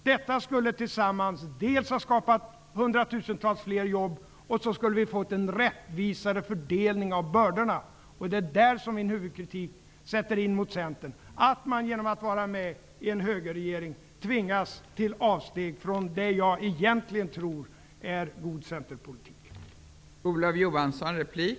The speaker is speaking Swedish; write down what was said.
Detta skulle tillsammans dels skapa hundratusentals fler jobb och så skulle vi fått en rättvisare fördelning av bördorna. Det är där min huvudkritik mot Centern sätter in: att man genom att vara med i en högerregering tvingas till avsteg från det jag tror egentligen är god centerpolitik.